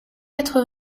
quatre